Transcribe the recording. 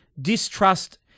distrust